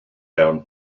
down